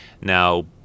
now